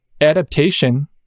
adaptation